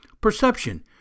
Perception